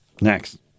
Next